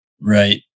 Right